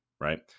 right